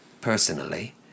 personally